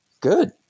good